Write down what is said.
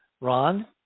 Ron